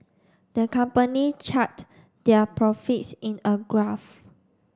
the company chart their profits in a graph